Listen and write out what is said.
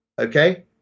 Okay